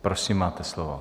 Prosím, máte slovo.